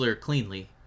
cleanly